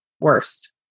worst